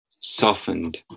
softened